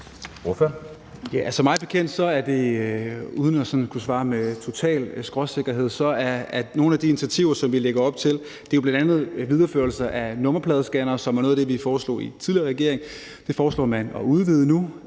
Bjørn Brandenborg (S): Uden at kunne svare med total skråsikkerhed er nogle af de initiativer, som vi lægger op til, bl.a. videreførelse af nummerpladescannere, som er noget af det, vi foreslog i den tidligere regering. Det foreslår vi at udvide nu.